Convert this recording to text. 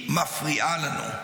היא מפריעה לנו,